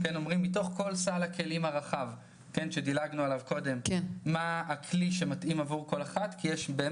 כי מה צריך לעבור?